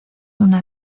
una